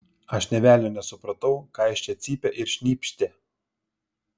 aš nė velnio nesupratau ką jis čia cypė ir šnypštė